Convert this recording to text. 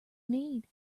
need